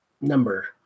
number